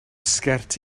sgert